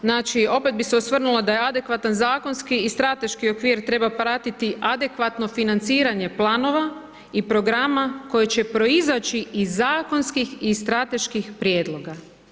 Znači opet bi se osvrnula da adekvatan zakonski i strateški okvir treba pratiti adekvatno financiranje planova i programa koji će proizaći iz zakonskih i strateških prijedloga.